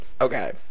Okay